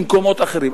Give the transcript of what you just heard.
ממקומות אחרים.